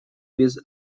без